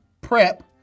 prep